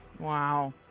Wow